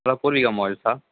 hello Poorvika மொபைல்ஸா